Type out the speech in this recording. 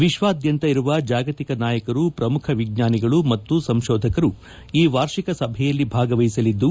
ವಿಶ್ವದಾದ್ಯಂತ ಇರುವ ಜಾಗತಿಕ ನಾಯಕರು ಪ್ರಮುಖ ವಿಜ್ವಾನಿಗಳು ಮತ್ತು ಸಂತೋಧಕರು ಈ ವಾರ್ಷಿಕ ಸಭೆಯಲ್ಲಿ ಭಾಗವಹಿಸಲಿದ್ದು